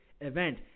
event